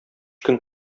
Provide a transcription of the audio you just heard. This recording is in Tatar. көн